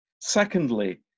Secondly